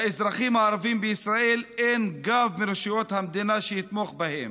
לאזרחים הערבים בישראל אין גב מרשויות המדינה שיתמוך בהם.